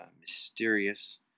mysterious